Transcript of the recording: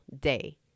day